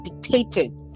dictated